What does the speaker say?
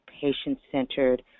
patient-centered